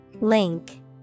Link